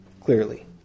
clearly